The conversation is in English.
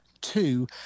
Two